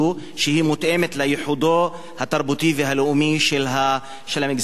שתהיה מותאמת לייחודו התרבותי והלאומי של המגזר הערבי.